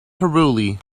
thoroughly